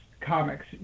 comics